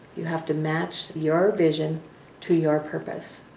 you have to match your vision to your purpose.